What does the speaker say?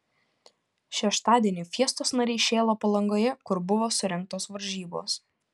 šeštadienį fiestos nariai šėlo palangoje kur buvo surengtos varžybos